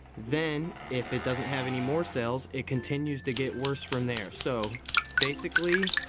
then if it doesn't have any more sales, it continues to get worse from there. so basically,